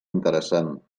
interessant